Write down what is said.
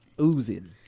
Oozing